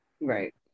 Right